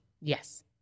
yes